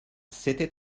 c’était